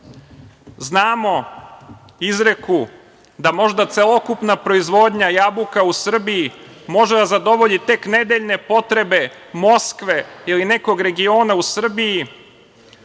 Znamo izreku da možda celokupna proizvodnja jabuka u Srbiji može da zadovolji tek nedeljne potrebe Moskve ili nekog regiona u Rusiji.